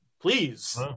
Please